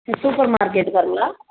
ம் super market காரங்களா